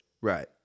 Right